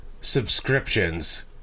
subscriptions